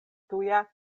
tuja